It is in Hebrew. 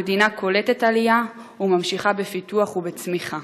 המדינה קולטת עלייה, וממשיכה בפיתוח ובצמיחה.